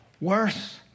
worse